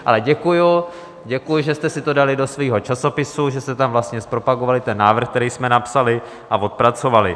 Ale děkuji, děkuji, že jste si to dali do svého časopisu, že jste tam zpropagovali ten návrh, který jsme napsali a odpracovali.